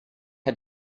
had